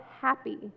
happy